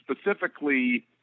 Specifically